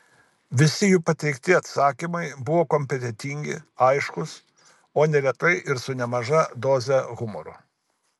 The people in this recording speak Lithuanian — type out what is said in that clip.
visi jų pateikti atsakymai buvo kompetentingi aiškūs o neretai ir su nemaža doze humoro